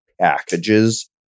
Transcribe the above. packages